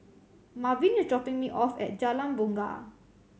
Marvin is dropping me off at Jalan Bungar